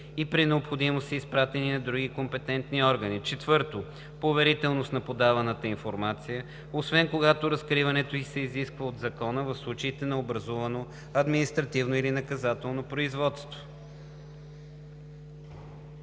и при необходимост са изпратени на други компетентни органи; 4. поверителност на подаваната информация, освен когато разкриването й се изисква от закона в случаите на образувано административно или наказателно производство.“